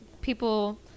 people